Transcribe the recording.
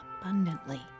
abundantly